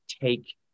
take